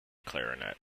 clarinet